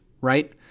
Right